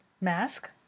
Mask